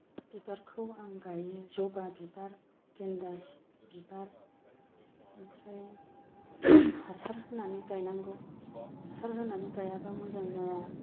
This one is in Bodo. बिबारखौ आं गायो जबा बिबार गेन्दा बिबार ओमफ्राय हासार होनानै गायनांगौ हासार होनानै गायाबा मोजां जाया